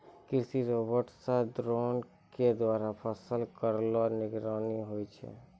कृषि रोबोट सह द्रोण क द्वारा फसल केरो निगरानी होय छै